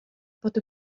bod